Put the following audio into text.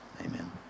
amen